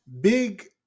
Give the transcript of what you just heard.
Big